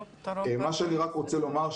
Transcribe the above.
מה שאני רק רוצה לומר,